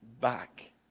back